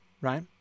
Right